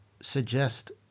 suggest